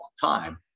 time